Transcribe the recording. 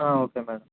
okay madam